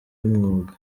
umwuga